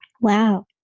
Wow